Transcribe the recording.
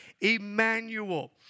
Emmanuel